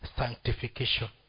sanctification